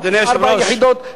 ארבע יחידות,